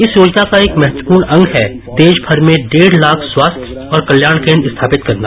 इस योजना का एक महत्वपूर्ण अंग है देश भर में डेढ़ लाख स्वास्थ्य और कल्याण केन्द्र स्थापित करना